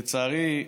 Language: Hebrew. לצערי,